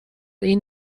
این